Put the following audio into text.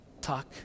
talk